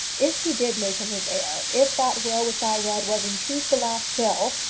if he did make him his heir, if that will which i read was in truth the last will,